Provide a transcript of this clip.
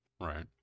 Right